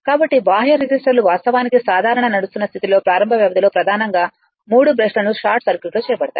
కాబట్టి బాహ్య రెసిస్టర్లు వాస్తవానికి సాధారణ నడుస్తున్న స్థితిలో ప్రారంభ వ్యవధిలో ప్రధానంగా మూడు బ్రష్లు షార్ట్ సర్క్యూట్ చేయబడతాయి